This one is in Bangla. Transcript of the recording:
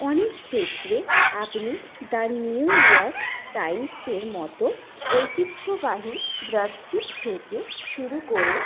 অনেক ক্ষেত্রে আপনি দ্য নিউইয়র্ক টাইমসের মতো ঐতিহ্যবাহী ব্রাডসির থেকে শুরু করে